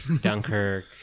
Dunkirk